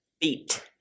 beat